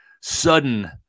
sudden